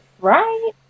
Right